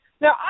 Now